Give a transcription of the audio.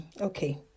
okay